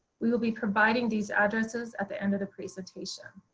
we will be providing these addresses at the end of the presentation.